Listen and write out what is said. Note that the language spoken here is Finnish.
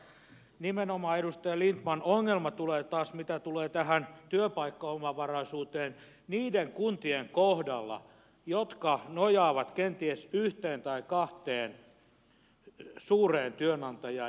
mutta nimenomaan edustaja lindtman ongelma tulee taas mitä tulee tähän työpaikkaomavaraisuuteen niiden kuntien kohdalla jotka nojaavat kenties yhteen tai kahteen suureen työnantajaan